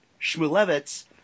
Shmulevitz